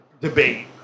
debate